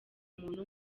umuntu